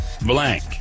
blank